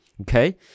okay